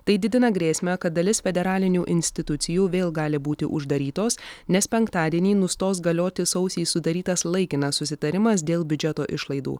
tai didina grėsmę kad dalis federalinių institucijų vėl gali būti uždarytos nes penktadienį nustos galioti sausį sudarytas laikinas susitarimas dėl biudžeto išlaidų